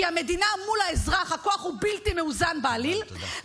כי כשהמדינה מול האזרח הכוח הוא בלתי מאוזן בעליל,